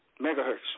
megahertz